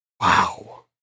Wow